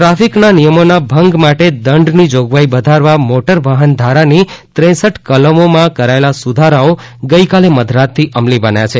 ટ્રાફિકના નિયમોના ભંગ માટે દંડની જોગવાઇ વધારવા મોટરવાહન ધારાની દૃ ઉ કલમોમાં કરાયેલા સુધારાઓ ગઇકાલે મધરાતથી અમલી બન્યા છે